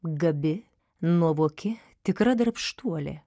gabi nuovoki tikra darbštuolė